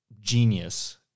genius